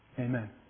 Amen